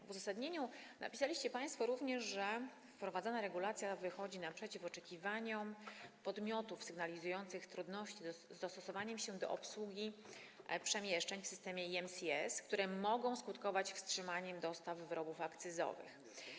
W uzasadnieniu napisaliście państwo również, że wprowadzona regulacja wychodzi naprzeciw oczekiwaniom podmiotów sygnalizujących trudności związane z dostosowaniem się do obsługi przemieszczeń w systemie EMCS, które mogą skutkować wstrzymaniem dostaw wyrobów akcyzowych.